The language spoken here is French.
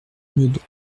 meudon